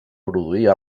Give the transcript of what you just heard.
produir